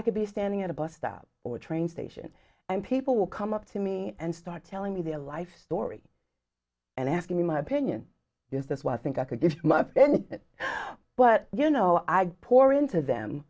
i could be standing at a bus stop or train station and people will come up to me and start telling me their life story and asking me my opinion is this was think i could this month but you know i pour into them